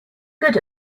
good